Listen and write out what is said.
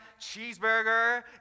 cheeseburger